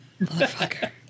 Motherfucker